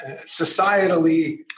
societally